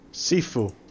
Seafood